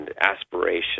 aspiration